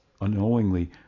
unknowingly